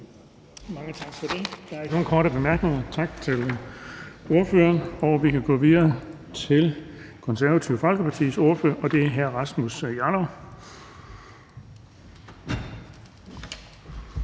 Mange tak for det. Der er ingen korte bemærkninger, så tak til ordføreren. Vi kan gå videre til Nye Borgerliges ordfører, og det er hr. Kim Edberg